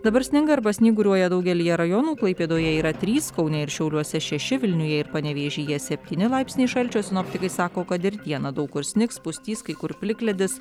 dabar sninga arba snyguriuoja daugelyje rajonų klaipėdoje yra trys kaune ir šiauliuose šeši vilniuje ir panevėžyje septyni laipsniai šalčio sinoptikai sako kad ir dieną daug kur snigs pustys kai kur plikledis